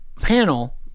panel